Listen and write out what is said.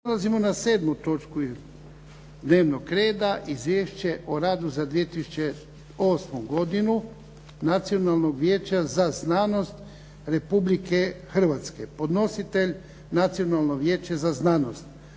Prelazimo na 7. točku dnevnog reda. - Izvješće o radu za 2008. godinu Nacionalnog vijeća za znanost Republike Hrvatske, Predlagatelj: Nacionalno vijeće za znanost